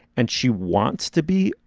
and she wants to be,